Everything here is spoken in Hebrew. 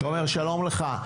תומר שלום לך.